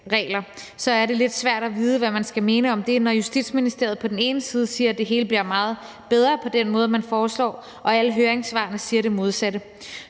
er det lidt svært at vide, hvad man skal mene om det, når Justitsministeriet på den ene side siger, at det hele bliver meget bedre på den måde, man foreslår, og alle høringssvarene siger det modsatte.